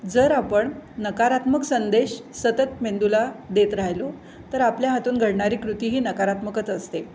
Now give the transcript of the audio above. जर आपण नकारात्मक संदेश सतत मेंदूला देत राहिलो तर आपल्या हातून घडणारी कृतीही नकारात्मकच असते